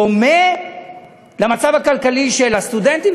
דומה למצב הכלכלי של הסטודנטים?